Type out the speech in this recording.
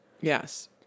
Yes